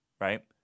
right